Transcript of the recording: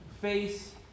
face